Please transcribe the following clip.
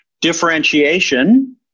Differentiation